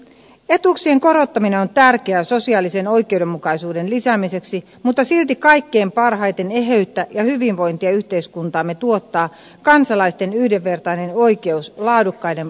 etuuksien korottaminen on tärkeä sosiaalisen oikeudenmukaisuuden lisäämiseksi mutta silti kaikkein parhaiten eheyttä ja hyvinvointia yhteiskuntaamme tuottaa kansalaisten yhdenvertainen oikeus laadukkaiden peruspalveluiden käyttöön